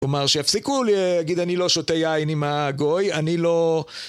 כלומר שיפסיקו להגיד אני לא שותה יין עם הגוי, אני לא...